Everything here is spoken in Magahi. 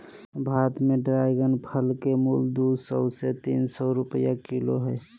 भारत में ड्रेगन फल के मूल्य दू सौ से तीन सौ रुपया किलो हइ